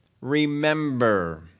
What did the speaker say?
remember